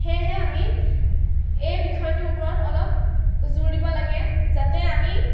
সেয়েহে আমি এই বিষয়টোৰ ওপৰত অলপ জোৰ দিব লাগে যাতে আমি